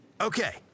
Okay